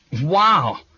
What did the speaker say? Wow